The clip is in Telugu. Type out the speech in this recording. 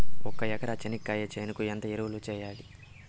ఒక ఎకరా చెనక్కాయ చేనుకు ఎంత ఎరువులు వెయ్యాలి?